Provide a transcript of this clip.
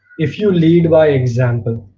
if you lead by example,